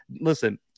listen